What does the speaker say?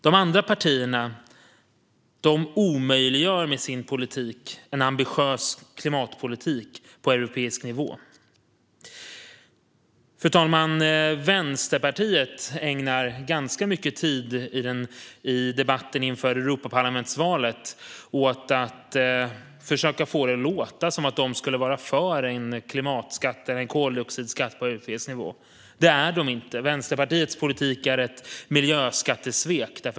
De andra partierna omöjliggör med sin politik en ambitiös klimatpolitik på europeisk nivå. Fru talman! Vänsterpartiet ägnar ganska mycket tid i debatten inför Europaparlamentsvalet åt att försöka få det att låta som att de skulle vara för en klimatskatt eller en koldioxidskatt på europeisk nivå. Det är de inte. Vänsterpartiets politik är ett miljöskattesvek.